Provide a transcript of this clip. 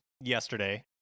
yesterday